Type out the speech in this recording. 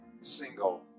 single